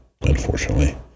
unfortunately